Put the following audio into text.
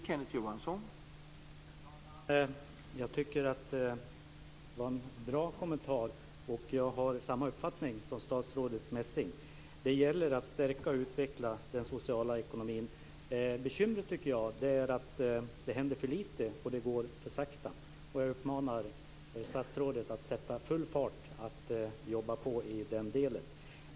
Herr talman! Jag tycker att det var en bra kommentar. Jag har samma uppfattning som statsrådet Messing, att det gäller att stärka och utveckla den sociala ekonomin. Bekymret tycker jag är att det händer för lite och går för sakta. Jag uppmanar statsrådet att sätta full fart med att jobba på i den delen.